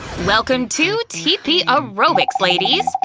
welcome to t p. aerobics, ladies!